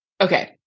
Okay